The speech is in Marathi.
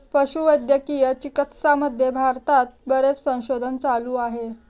पशुवैद्यकीय चिकित्सामध्ये भारतात बरेच संशोधन चालू आहे